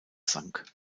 sank